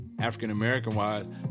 African-American-wise